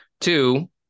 Two